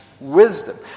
wisdom